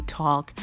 talk